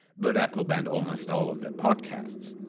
but apple banned almost all of their podcasts!